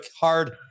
hard